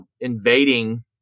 invading